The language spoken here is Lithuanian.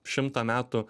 šimtą metų